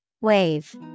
Wave